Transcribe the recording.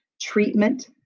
Treatment